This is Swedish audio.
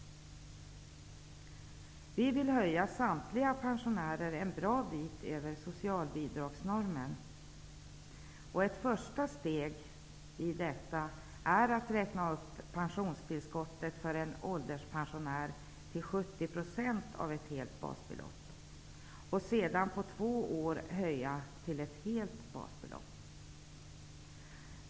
Vi vill höja samtliga pensionärer ett bra stycke över socialbidragsnormen. Ett första steg i detta är att räkna upp pensionstillskottet för en ålderspensionär till 70 % av ett helt basbelopp, ett andra steg att efter två år höja det till ett helt basbelopp.